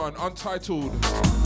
Untitled